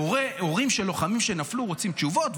והורים של לוחמים שנפלו רוצים תשובות,